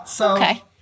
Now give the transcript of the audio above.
Okay